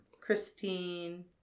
Christine